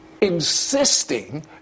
insisting